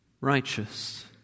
righteous